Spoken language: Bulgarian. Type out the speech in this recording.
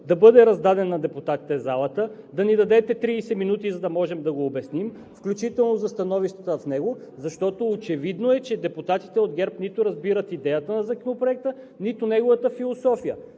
да бъде раздаден на депутатите в залата, да ни дадете 30 минути, за да можем да го обясним, включително за становищата в него, защото е очевидно, че депутатите от ГЕРБ нито разбират идеята на Законопроекта, нито неговата философия!